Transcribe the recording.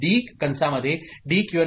Qn' D'